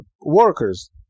workers